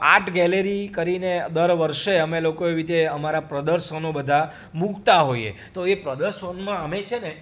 art gallery કરીને દર વર્ષે અમે લોકો એવી રીતે અમારા પ્રદર્શનો બધા મૂકતાં હોઇએ તો એ પ્રદર્શનમાં અમે છેને